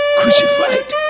crucified